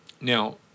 Now